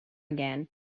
again